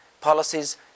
policies